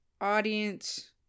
Audience